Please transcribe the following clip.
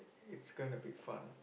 it's gonna be fun